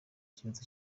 kibazo